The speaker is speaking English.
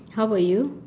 how about you